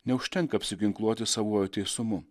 neužtenka apsiginkluoti savuoju teisumu